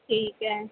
ٹھیک ہے